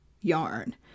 yarn